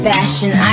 Fashion